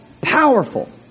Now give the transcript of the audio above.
powerful